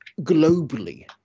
globally